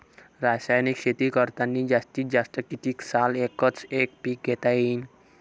रासायनिक शेती करतांनी जास्तीत जास्त कितीक साल एकच एक पीक घेता येईन?